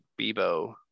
Bebo